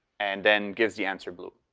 and then gives the answer blue.